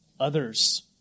Others